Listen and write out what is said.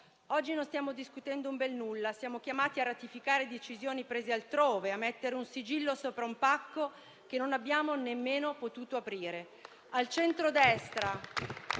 Oggi non stiamo discutendo un bel nulla: siamo chiamati a ratificare decisioni prese altrove, a mettere un sigillo sopra un pacco che non abbiamo nemmeno potuto aprire.